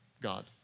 God